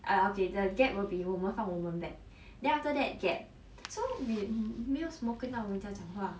ah okay the gap will be 我们放我们 bag then after that gap so we 没有什么跟到人家讲话